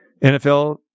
NFL